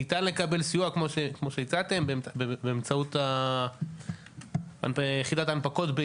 ניתן לקבל סיוע באמצעות יחידת ההנפקות,